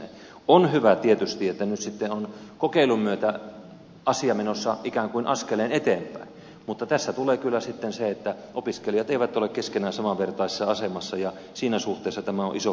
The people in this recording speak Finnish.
on hyvä tietysti että nyt sitten on kokeilun myötä asia menossa ikään kuin askeleen eteenpäin mutta tässä tulee kyllä sitten se että opiskelijat eivät ole keskenään samanvertaisessa asemassa ja siinä suhteessa tässä on iso kritiikin paikka